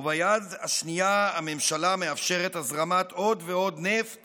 וביד השנייה הממשלה מאפשרת הזרמת עוד ועוד נפט